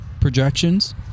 projections